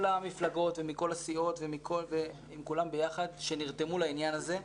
המפלגות ומכל הסיעות שנרתמו לעניין הזה,